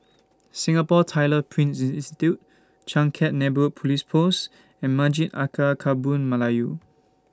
Singapore Tyler Print Institute Changkat Neighbourhood Police Post and Masjid Alkaff Kampung Melayu